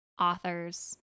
authors